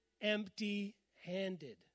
empty-handed